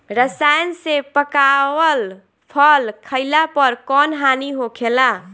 रसायन से पकावल फल खइला पर कौन हानि होखेला?